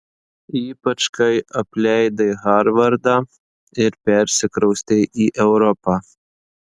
ypač kai apleidai harvardą ir persikraustei į europą